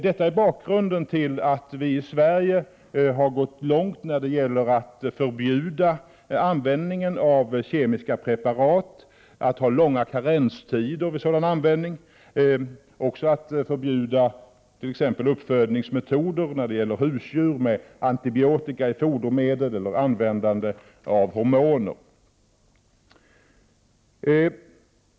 Detta är bakgrunden till att vi i Sverige har gått långt när det gäller att förbjuda användningen av kemiska preparat, att ha långa karenstider vid sådan användning och även att förbjuda t.ex. metoder för uppfödning av husdjur med användande av antibiotika i fodermedel eller med användande av hormoner.